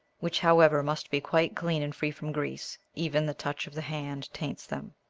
which, however, must be quite clean and free from grease, even the touch of the hand taints them.